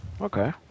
Okay